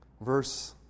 Verse